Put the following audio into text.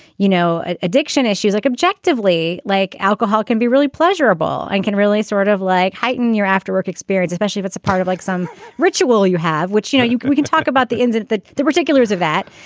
you know, addiction issues like objectively, like alcohol can be really pleasurable and can really sort of like heighten your after work experience especially that's a part of like some ritual you have which, you know, you can talk about the instant that the particulars of that.